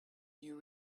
you